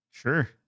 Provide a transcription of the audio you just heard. Sure